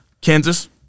Kansas